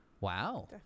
Wow